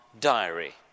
diary